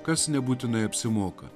kas nebūtinai apsimoka